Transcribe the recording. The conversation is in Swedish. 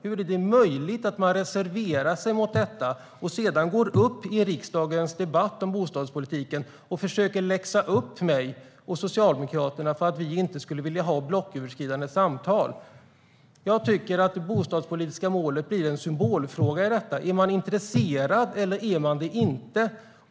Hur är det möjligt att man reserverar sig mot detta mål och sedan deltar i riksdagens debatt om bostadspolitiken och försöker att läxa upp mig och Socialdemokraterna för att vi inte skulle vilja ha blocköverskridande samtal? Jag tycker att det bostadspolitiska målet är en symbolfråga. Är man intresserad eller är man det inte?